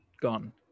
gone